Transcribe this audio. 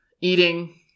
eating